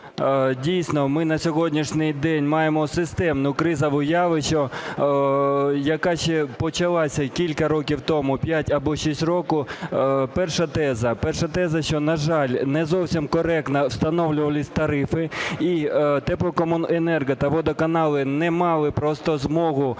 дійсно, ми на сьогоднішній день маємо системне кризове явище, яке почалося ще кілька років тому, 5 або 6 років. Перша теза. Перша теза – що, на жаль, не зовсім коректно встановлювались тарифи і теплокомуненерго та водоканали не мали просто змоги